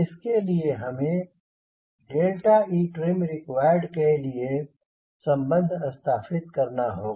इसके लिए हमें etrim required के लिए एक सम्बन्ध स्थापित करना होगा